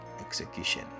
execution